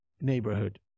neighborhood